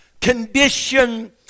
condition